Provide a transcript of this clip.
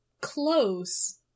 close